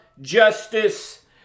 Justice